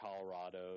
Colorado